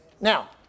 Now